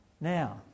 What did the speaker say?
Now